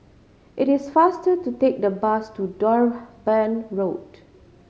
it is faster to take the bus to Durban Road